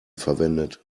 verwendet